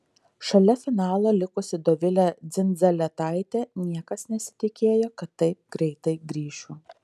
šalia finalo likusi dovilė dzindzaletaitė niekas nesitikėjo kad taip greitai grįšiu